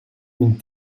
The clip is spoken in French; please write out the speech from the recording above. une